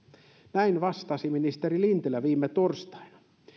näin vastasi ministeri lintilä viime torstaina